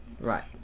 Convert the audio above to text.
right